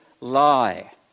lie